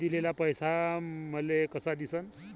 मी दिलेला पैसा मले कसा दिसन?